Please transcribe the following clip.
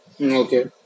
Okay